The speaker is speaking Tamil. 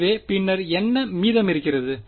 எனவே பின்னர் என்ன மீதமிருக்கிறது